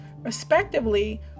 respectively